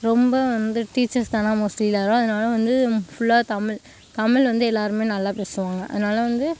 ரொம்ப வந்து டீச்சர்ஸ் தானே மோஸ்ட்லி எல்லாேரும் அதனால வந்து ஃபுல்லாக தமிழ் தமிழ் வந்து எல்லாேருமே நல்லா பேசுவாங்க அதனால் வந்து